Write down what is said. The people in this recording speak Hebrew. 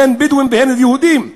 הן בדואים והן יהודים.